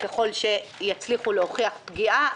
ככל שיצליחו להוכיח פגיעה.